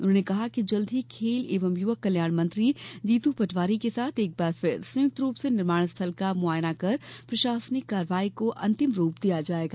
उन्होंने कहा कि जल्द ही खेल एवं युवक कल्याण मंत्री जीतू पटवारी के साथ एक बार फिर संयुक्त रूप से निर्माण स्थल का मौका मुआयना कर प्रशासनिक कार्यवाही को अंतिम रूप दिया जाएगा